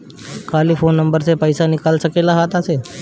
खाली phone number से पईसा निकल सकेला खाता से?